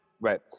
Right